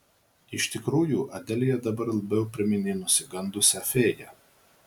iš tikrųjų adelija dabar labiau priminė nusigandusią fėją